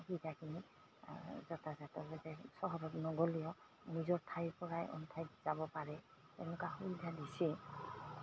সুবিধাখিনি যাতে চহৰত নগ'লেও নিজৰ ঠাইৰপৰাই আন ঠাইত যাব পাৰে এনেকুৱা সুবিধা দিছে